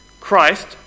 Christ